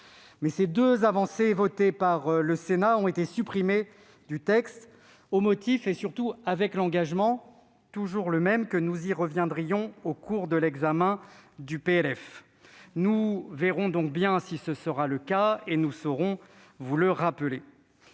Mais ces deux avancées votées par le Sénat ont été supprimées du texte, au motif- ce motif était un engagement, toujours le même -que nous y reviendrions au cours de l'examen du PLF. Nous verrons bien si tel sera le cas, et nous saurons, monsieur le